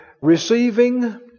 Receiving